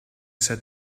said